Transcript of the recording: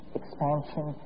expansion